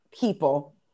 people